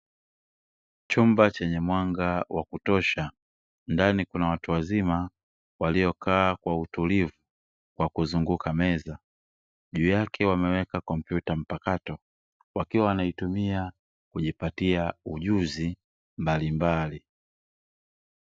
Chumba chenye mwanga wa kutosha ndani kuna watu wazima waliokaa kwa utulivu kwa kuzunguka meza, juu yake wameweka kompyutsa mpakato wakiwa wanaitumia kujipatia ujuzu mbalimbali.